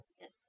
Yes